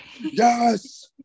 yes